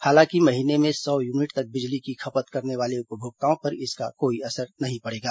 हालांकि महीने में सौ यूनिट तक बिजली की खपत करने वाले उपभोक्ताओं पर इसका कोई असर नहीं पड़ेगा